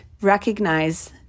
recognize